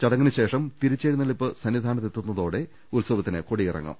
ചടങ്ങിനു ശേഷം തിരിച്ചെഴുന്നള്ളിപ്പ് സന്നിധാനത്ത് എത്തു ന്നതോടെ ഉത്സവത്തിന് കൊടിയിറങ്ങും